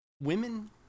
Women